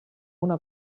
una